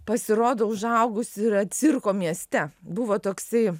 pasirodo užaugus yra cirko mieste buvo toksai